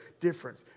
difference